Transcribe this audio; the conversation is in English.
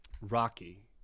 Rocky